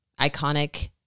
Iconic